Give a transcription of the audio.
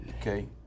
okay